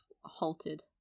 halted